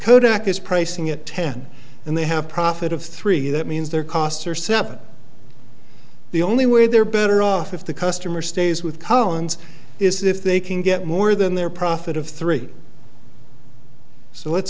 kodak is pricing it ten and they have profit of three that means their costs are separate the only way they're better off if the customer stays with koans is if they can get more than their profit of three so let's